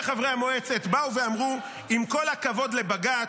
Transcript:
וחברי המועצה באו ואמרו: עם כל הכבוד לבג"ץ,